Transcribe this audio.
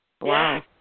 Wow